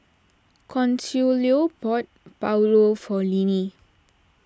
Consuelo bought Pulao for Linnie